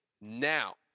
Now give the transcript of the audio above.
Now